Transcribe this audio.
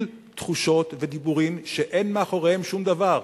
תחושות ודיבורים שאין מאחוריהם שום דבר.